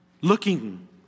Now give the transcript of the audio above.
looking